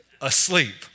asleep